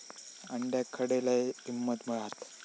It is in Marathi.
अंड्याक खडे लय किंमत मिळात?